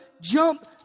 jump